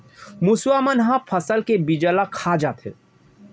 मुसवा मन ह फसल के बीजा ल खा जाथे